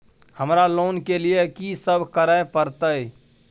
हमरा लोन के लिए की सब करे परतै?